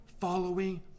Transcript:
following